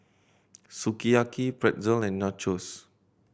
Sukiyaki Pretzel and Nachos